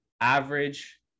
average